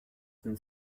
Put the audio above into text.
sind